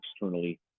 externally